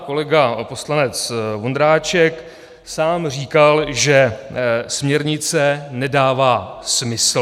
Kolega poslanec Vondráček sám říkal, že směrnice nedává smysl.